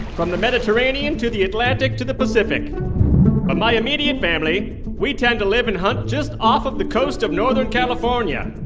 from the mediterranean to the atlantic to the pacific. but my immediate family we tend to live and hunt just off of the coast of northern california.